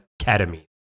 ketamine